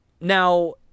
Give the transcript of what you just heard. Now